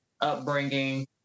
upbringing